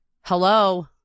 Hello